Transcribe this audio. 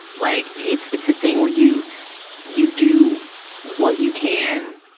like it's it's a thing where you you do what you can,